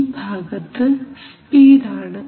ഈ ഭാഗത്തു സ്പീഡ് ആണ്